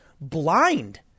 blind